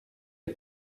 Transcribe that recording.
est